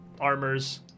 armors